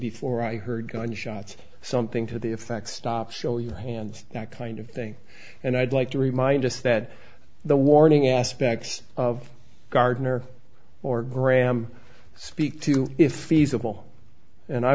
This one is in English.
before i heard gunshots something to the effect stop show your hands that kind of thing and i'd like to remind us that the warning aspects of gardner or graham speak to if feasible and i